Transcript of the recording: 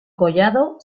collado